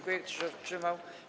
Kto się wstrzymał?